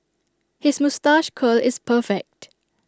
his moustache curl is perfect